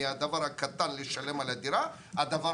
מהסכום הקטן לשלם על דירה ועד הסכום